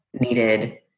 needed